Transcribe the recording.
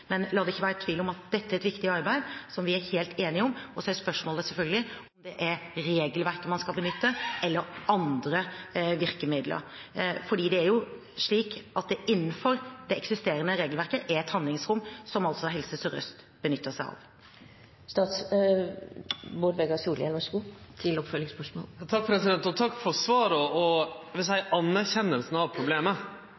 Men la det ikke være tvil om at dette er et viktig arbeid, som vi er helt enige om. Så er spørsmålet selvfølgelig om det er regelverket man skal benytte, eller andre virkemidler. Det er slik at det innenfor det eksisterende regelverket er et handlingsrom, som altså Helse Sør-Øst benytter seg av. Takk for svaret og for anerkjenninga av problemet. Men eg fekk inntrykk av at det stoppa ved anerkjenninga av problemet